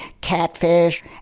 catfish